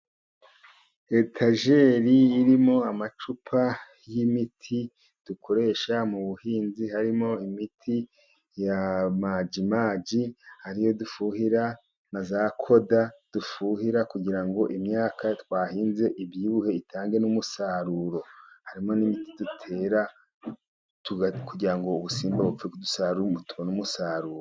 Etajeri irimo amacupa y'imiti dukoresha mu buhinzi, harimo imiti ya majimaji ariyo dufuhira, na za koda dufuhira, kugira ngo imyaka twahinze ibyibuhe itange n'umusaruro, harimo n'iyo dutera udusimba kugira ngo tubone umusaruro.